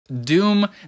Doom